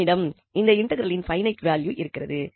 நம்மிடம் இந்த இன்டெக்ரலின் பைனைட் வேல்யூ இருக்கிறது